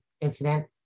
incident